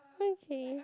okay